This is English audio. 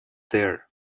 there